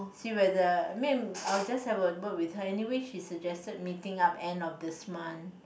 see whether I mean I will just have a word with her anyway she suggested meeting up end of this month